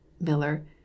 Miller